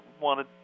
wanted